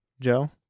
Joe